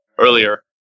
earlier